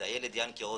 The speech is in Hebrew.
זה הילד יענק'ה רוזנברג,